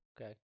Okay